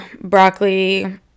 broccoli